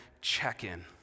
check-in